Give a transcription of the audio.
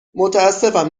متاسفم